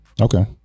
Okay